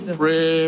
pray